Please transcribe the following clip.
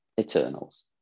Eternals